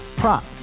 prop